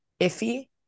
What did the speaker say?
iffy